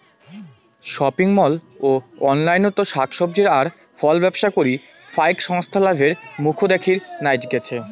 shopping mall ও অনলাইনত শাক সবজি আর ফলব্যবসা করি ফাইক সংস্থা লাভের মুখ দ্যাখির নাইগচে